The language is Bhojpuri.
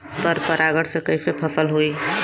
पर परागण से कईसे फसल होई?